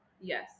Yes